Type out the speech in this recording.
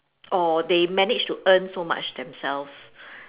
or they managed to earn so much themselves